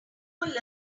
learn